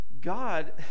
God